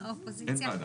אין ועדה.